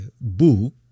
book